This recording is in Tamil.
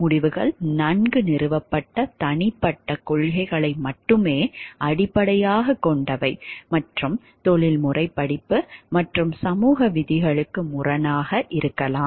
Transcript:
முடிவுகள் நன்கு நிறுவப்பட்ட தனிப்பட்ட கொள்கைகளை மட்டுமே அடிப்படையாகக் கொண்டவை மற்றும் தொழில்முறை படிப்பு மற்றும் சமூக விதிகளுக்கு முரணாக இருக்கலாம்